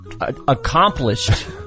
accomplished